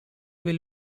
will